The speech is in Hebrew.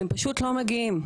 אתם פשוט לא מגיעים.